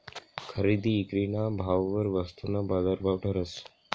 खरेदी ईक्रीना भाववर वस्तूना बाजारभाव ठरस